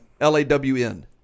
L-A-W-N